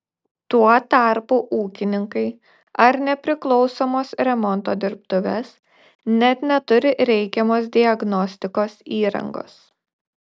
tuo tarpu ūkininkai ar nepriklausomos remonto dirbtuvės net neturi reikiamos diagnostikos įrangos